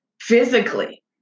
physically